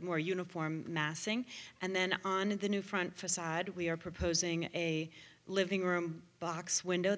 more uniform massing and then on in the new front facade we are proposing a living room box window